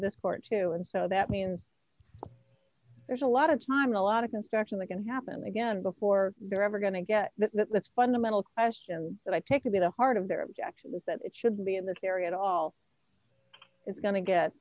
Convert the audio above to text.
this court to and so that means there's a lot of time a lot of construction that can happen again before they're ever going to get that fundamental question that i take to be the heart of their objection is that it should be in this area at all it's going to get